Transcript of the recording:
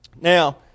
Now